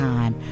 Time